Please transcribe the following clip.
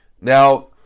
now